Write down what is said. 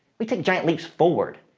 we take giant leaps forward.